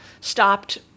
stopped